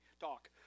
talk